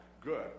Good